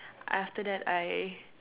after that I